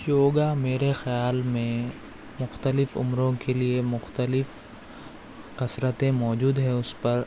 یوگا میرے خیال میں مختلف عمروں کے لیے مختلف کسرتیں موجود ہیں اس پر